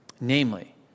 Namely